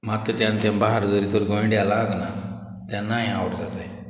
मात्ता तेन्ना तें बाल जोरी तोर गोंयड्या लागना तेन्नाय आवट जाताय